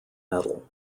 medal